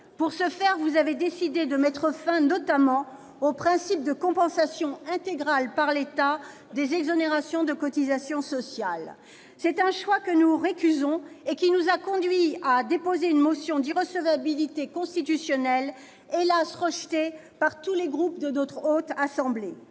Pour ce faire, vous avez décidé de mettre fin, notamment, au principe de compensation intégrale par l'État des exonérations de cotisations sociales. Eh oui ! C'est un choix que nous récusons et qui nous a conduits à déposer une motion d'irrecevabilité constitutionnelle, hélas rejetée par tous les autres groupes de notre Haute Assemblée